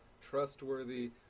trustworthy